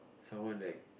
someone that